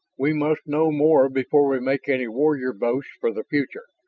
we must know more before we make any warrior boasts for the future.